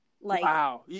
Wow